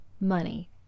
money